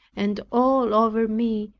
and all over me,